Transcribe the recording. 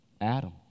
Adam